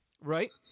right